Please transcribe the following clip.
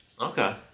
Okay